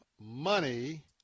money